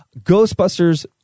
Ghostbusters